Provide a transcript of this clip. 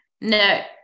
No